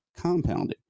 compounding